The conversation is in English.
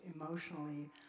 emotionally